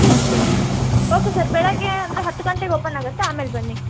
okay okay okay sir ಬೆಳಿಗ್ಗೆ ಅಂದರೆ ಹತ್ತು ಗಂಟೆಗೆ ಓಪನ್ ಆಗುತ್ತೆ ಆಮೇಲೆ ಬನ್ನಿ